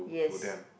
yes